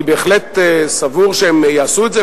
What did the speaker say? אני בהחלט סבור שהם יעשו את זה,